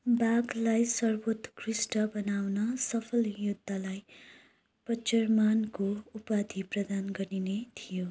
बाघलाई सर्वोत्कृष्ट बनाउन सफल योद्धालाई प्रचुर मानको उपाधि प्रदान गरिने थियो